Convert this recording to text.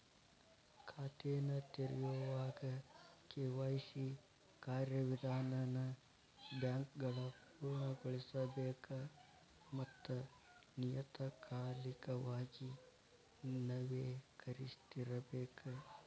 ಖಾತೆನ ತೆರೆಯೋವಾಗ ಕೆ.ವಾಯ್.ಸಿ ಕಾರ್ಯವಿಧಾನನ ಬ್ಯಾಂಕ್ಗಳ ಪೂರ್ಣಗೊಳಿಸಬೇಕ ಮತ್ತ ನಿಯತಕಾಲಿಕವಾಗಿ ನವೇಕರಿಸ್ತಿರಬೇಕ